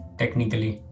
technically